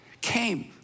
came